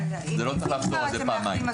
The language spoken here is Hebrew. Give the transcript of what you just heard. לא צריך לחתום על זה פעמיים.